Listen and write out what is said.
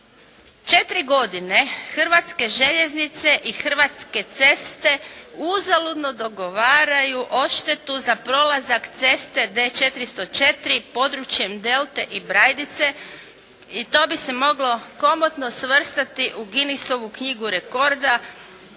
4 godine Hrvatske željeznice i Hrvatske ceste uzaludno dogovaraju odštetu za prolazak ceste D-404 područjem Delte i Brajdice i to bi se moglo komotno svrstati u Gunesovu knjigu rekorda